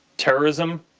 terrorism,